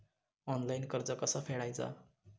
Online कर्ज कसा फेडायचा?